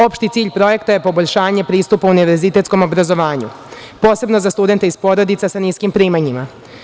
Opšti cilj projekta je poboljšanje pristupa univerzitetskom obrazovanju posebno za studente iz porodica sa niskim primanjima.